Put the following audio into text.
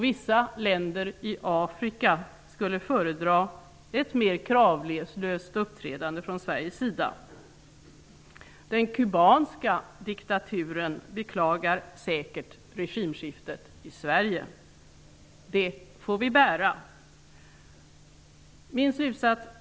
Vissa länder i Afrika skulle föredra ett mer kravlöst uppträdande från Sveriges sida. Kubanska diktaturen beklagar säkert regimskiftet i Sverige. Det får vi bära. Fru talman!